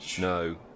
no